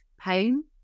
pain